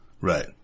Right